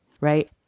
right